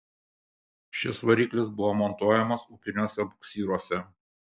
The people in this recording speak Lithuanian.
šis variklis buvo montuojamas upiniuose buksyruose